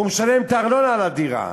הוא משלם את הארנונה על הדירה.